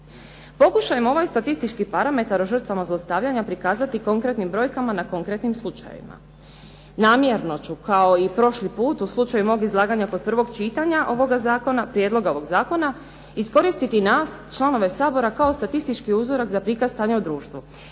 Pokušajmo ovaj statistički parametar o žrtvama zlostavljanja prikazati konkretnim brojkama na konkretnim slučajevima. Namjerno ću kao i prošli put u slučaju mog izlaganja kod prvog čitanja ovoga zakona, prijedloga ovog zakona iskoristiti nas članove Sabora kao statistički uzorak za prikaz stanja u društvu.